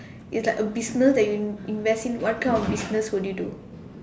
is like a business that you invest in what kind of business would you do